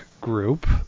group